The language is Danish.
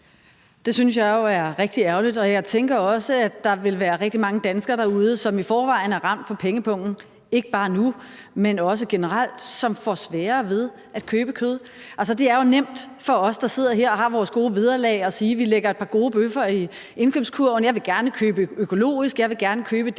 Det synes jeg jo er rigtig ærgerligt, og jeg tænker også, at der vil være rigtig mange danskere derude, som i forvejen er ramt på pengepungen – ikke bare nu, men også generelt – som får sværere ved at købe kød. Altså, det er nemt for os, der sidder her og har vores gode vederlag, at sige, at vi lægger et par gode bøffer i indkøbskurven; jeg vil gerne købe økologisk; jeg vil gerne købe det, som